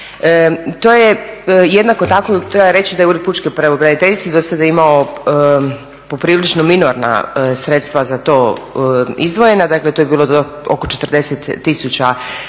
To je, jednako tako treba reći da je ured pučke pravobraniteljice dosada imao poprilično minorna sredstva za to izdvojena, dakle to je bilo oko 40